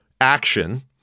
action